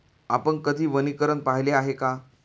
आपण कधी वनीकरण पाहिले आहे का?